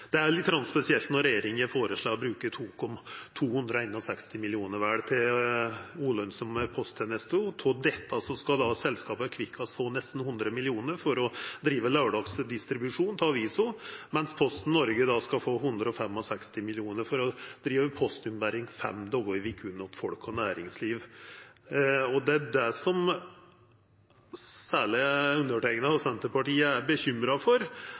Det er litt spesielt når regjeringa føreslår å bruka vel 261 mill. kr til ulønsame posttenester, at av dette skal selskapet Kvikkas ha nesten 100 mrd. kr for å driva laurdagsdistribusjon av aviser, mens Posten Norge skal få 165 mill. kr for å driva postombering fem dagar i veka til folk og næringsliv. Det er dette særleg eg og Senterpartiet er bekymra for.